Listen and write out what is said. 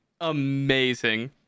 amazing